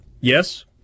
Yes